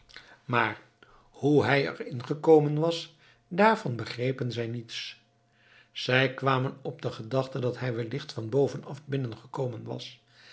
maar hoe hij er in gekomen was daarvan begrepen zij niets zij kwamen op de gedachte dat hij wellicht van boven af binnengekomen was